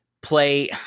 play